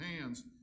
hands